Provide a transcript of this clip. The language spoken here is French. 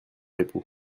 époux